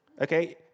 Okay